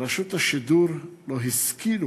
שברשות השידור לא השכילו